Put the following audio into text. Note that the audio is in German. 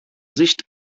sicht